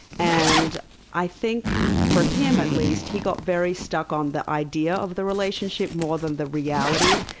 and i think, for him at least, he got very stuck on the idea of the relationship more than the reality.